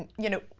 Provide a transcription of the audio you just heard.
ah you know,